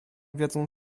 wiedzą